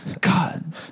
God